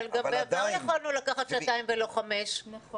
גם בעבר יכולנו לקחת שעתיים ולא חמש שעות.